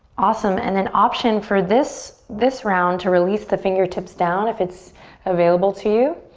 awesome and then option for this this round to release the fingertips down if it's available to you.